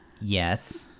Yes